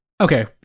Okay